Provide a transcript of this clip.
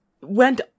went